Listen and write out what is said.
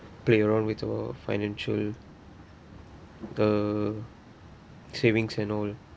play around with our financial the savings and all